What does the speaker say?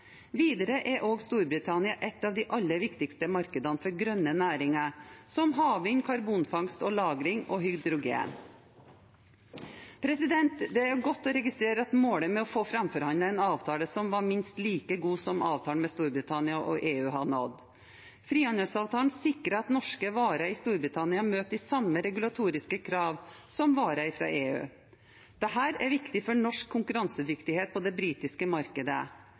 Videre er også Storbritannia et av de aller viktigste markedene for grønne næringer som havvind, karbonfangst og -lagring og hydrogen. Det er godt å registrere at målet med å få framforhandlet en avtale som var minst like god som avtalen mellom Storbritannia og EU, er nådd. Frihandelsavtalen sikrer at norske varer i Storbritannia møter de samme regulatoriske krav som varer fra EU. Dette er viktig for norsk konkurransedyktighet på det britiske markedet.